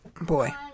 Boy